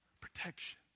Protection